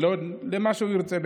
ובעצם עוד למה שהוא ירצה.